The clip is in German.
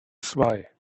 zwei